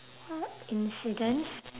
what incidents